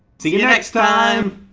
see you next time!